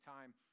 time